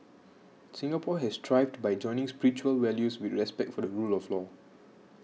Singapore has thrived by joining spiritual values with respect for the rule of law